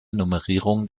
nummerierung